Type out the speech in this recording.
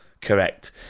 Correct